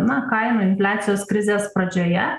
na kainų infliacijos krizės pradžioje